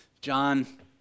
John